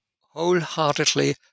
wholeheartedly